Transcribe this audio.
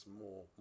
more